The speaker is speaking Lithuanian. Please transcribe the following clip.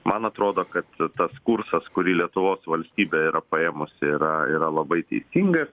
man atrodo kad tas kursas kurį lietuvos valstybė yra paėmusi yra yra labai teisingas